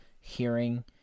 hearing